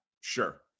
Sure